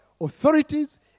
authorities